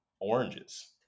Oranges